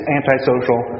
antisocial